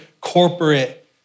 corporate